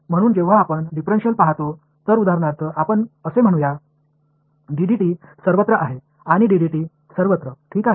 म्हणून जेव्हा आपण डिफरेन्शिएल पाहतो तर उदाहरणार्थ आपण असे म्हणूया सर्वत्र आहे आणि सर्वत्र ठीक आहे